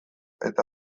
eta